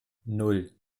nan